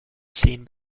zehn